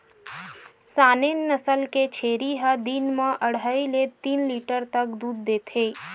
Saanen नसल के छेरी ह दिन म अड़हई ले तीन लीटर तक दूद देथे